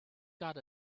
got